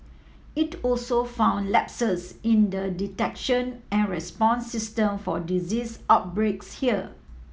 it also found lapses in the detection and response system for disease outbreaks here